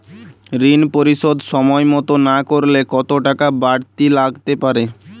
ঋন পরিশোধ সময় মতো না করলে কতো টাকা বারতি লাগতে পারে?